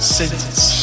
sentence